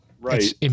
Right